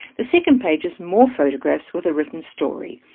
the second page is more photographs with a written story.